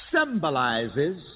symbolizes